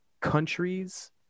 countries